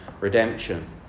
redemption